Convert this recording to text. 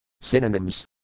Synonyms